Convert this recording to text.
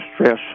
stress